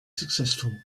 successful